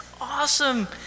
awesome